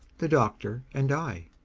the doctor, and i.